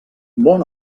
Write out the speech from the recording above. bon